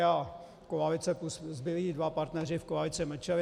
A koalice plus zbylí dva partneři v koalici mlčeli.